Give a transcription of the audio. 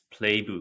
playbook